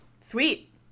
sweet